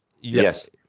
Yes